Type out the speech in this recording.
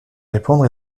répandre